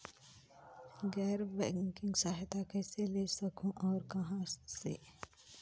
गैर बैंकिंग सहायता कइसे ले सकहुं और कहाँ से?